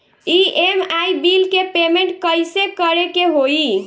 EMI bill के payment कइसे करे के होई?